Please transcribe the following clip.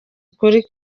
ukuri